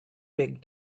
big